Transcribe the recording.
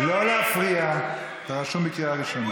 אז הוא כמובן צריך לבדוק את עצמו,